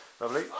Lovely